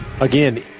Again